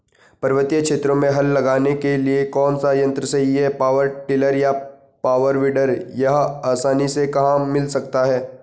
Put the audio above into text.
पर्वतीय क्षेत्रों में हल लगाने के लिए कौन सा यन्त्र सही है पावर टिलर या पावर वीडर यह आसानी से कहाँ मिल सकता है?